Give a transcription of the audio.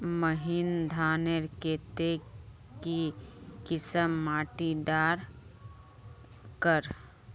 महीन धानेर केते की किसम माटी डार कर?